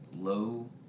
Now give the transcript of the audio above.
low